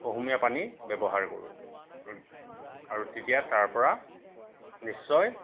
কুহুমীয়া পানী ব্যৱহাৰ কৰোঁ আৰু তেতিয়া তাৰ পৰা নিশ্চয়